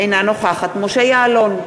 אינה נוכחת משה יעלון,